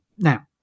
Now